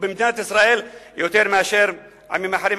במדינת ישראל יותר מאשר בעמים אחרים.